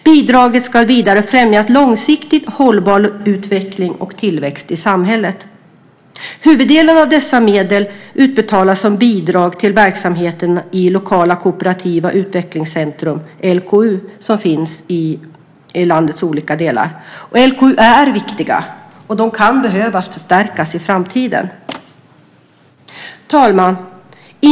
Bidraget ska vidare främja en långsiktigt hållbar lokal utveckling och tillväxt i samhället. Huvuddelen av dessa medel utbetalas som bidrag till verksamheten vid lokala kooperativa utvecklingscentrum, LKU, som finns i landets olika delar. LKU är viktiga, och de kan behöva förstärkas i framtiden. Herr talman!